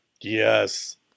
Yes